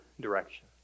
direction